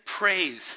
praise